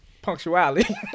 punctuality